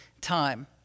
time